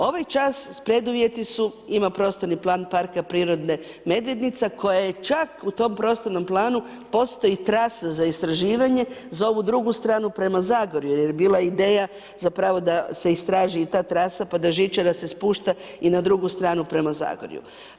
Ovaj čas preduvjeti su, ima prostorni plan parka prirode Medvednica koja je čak u tom prostornom planu postoji trasa za istraživanje za ovu drugu stranu prema Zagorju jer je bila ideja zapravo da se istraži i ta trasa pa da žičara se spušta i na drugu stranu prema Zagorju.